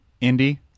Indy